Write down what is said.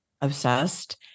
obsessed